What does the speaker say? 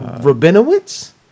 Rabinowitz